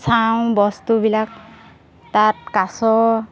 চাওঁ বস্তুবিলাক তাত কাছ